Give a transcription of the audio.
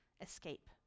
escape